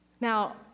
Now